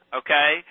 okay